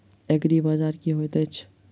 एग्रीबाजार की होइत अछि?